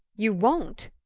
you won't?